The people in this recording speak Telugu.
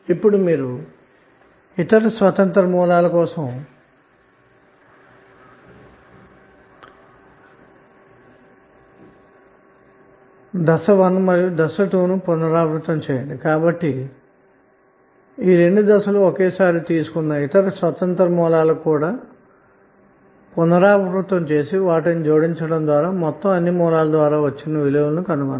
ఇతర స్వతంత్రమైన సోర్స్ ల కోసం ఈ రెండు దశలను steps 12 ను పునరావృతం చేసి అన్ని స్వతంత్రమైన సోర్స్ లను విడిగా పరిగణించినప్పుడు లభించిన విలువలను జోడించి కావలిసిన వేరియబుల్స్ యొక్క మొత్తం విలువలను కనుగొనండి